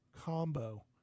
combo